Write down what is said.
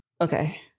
Okay